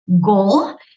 goal